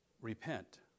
repent